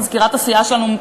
מזכירת הסיעה שלנו,